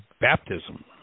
baptism